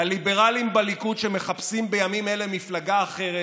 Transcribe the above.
לליברלים בליכוד שמחפשים בימים אלה מפלגה אחרת,